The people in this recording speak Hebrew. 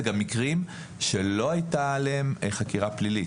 זה גם מקרים שלא היתה עליהם חקירה פלילית.